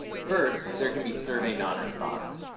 first, there can be survey non-response,